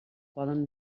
poden